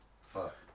fuck